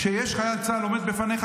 כשחייל צה"ל עומד לפניך,